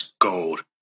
gold